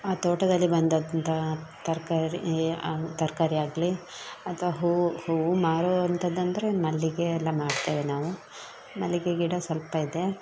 ಆ ತೋಟದಲ್ಲಿ ಬಂದಂತಹ ತರಕಾರಿ ಆ ತರಕಾರಿ ಆಗಲಿ ಅಥವಾ ಹೂವು ಹೂವು ಮಾರುವಂತದ್ದು ಅಂದರೆ ಮಲ್ಲಿಗೆ ಎಲ್ಲ ಮಾರ್ತೇವೆ ನಾವು ಮಲ್ಲಿಗೆ ಗಿಡ ಸ್ವಲ್ಪ ಇದೆ